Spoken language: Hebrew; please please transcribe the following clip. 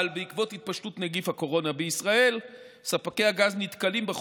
אבל בעקבות התפשטות נגיף הקורונה בישראל ספקי הגז נתקלים לעיתים,